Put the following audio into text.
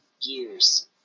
years